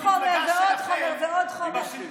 בשלטי החוצות במפלגה שלכם אמרתם את זה.